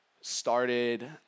started